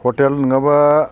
hotel नङाब्ला